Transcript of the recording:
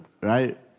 right